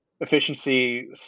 Efficiency